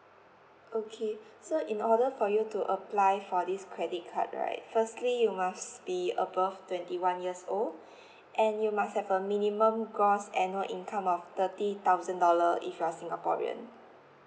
okay so in order for you to apply for this credit card right firstly you must be above twenty one years old and you must have a minimum gross annual income of thirty thousand dollar if you are singaporean